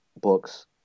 books